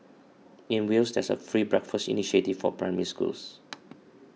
in Wales there is a free breakfast initiative for Primary Schools